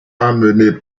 emmené